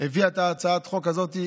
הביאה את הצעת החוק הזאת,